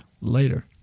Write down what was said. later